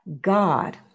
God